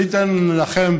אני אתן לכם,